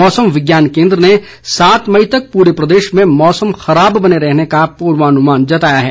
मौसम विज्ञान केंद्र ने सात मई तक पूरे प्रदेश में मौसम खराब बने रहने का पूर्वानुमान जताया है